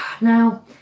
Now